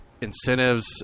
incentives